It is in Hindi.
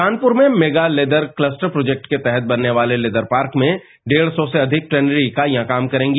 कानपुर में मेगा लेदर क्वस्टर प्रोजेक्ट के तहत बनने वाले लेदर पार्क में डेढ़ सौ से अधिक टेनरी इकाइयां काम करेंगी